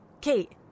Kate